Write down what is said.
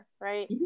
right